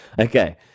Okay